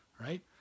right